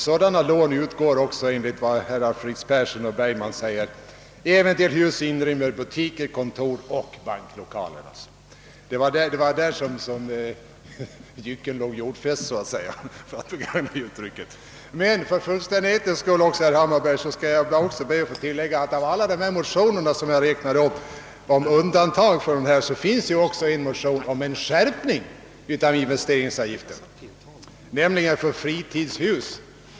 Sådana lån utgår, enligt vad herrar Fritz Persson och Bergman säger i sin motion, även till hus som inrymmer butiker, kontor och banklokaler. Det var där som man kan säga att »jycken låg jordfäst», för att begagna ett tidigare använt uttryck. Jag skall också be att få tillägga att bland alla de motioner om undantag som jag räknade upp, finns det också en motion om en skärpning av investeringsavgiften, nämligen för fritidshus.